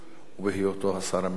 בהיותו השר המקשר.